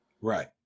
Right